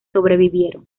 sobrevivieron